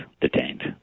detained